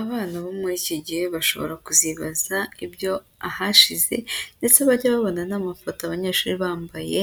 Abana bo muri iki gihe bashobora kuzibaza ibyo ahashize, ndetse bajya babona n'amafoto abanyeshuri bambaye